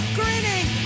grinning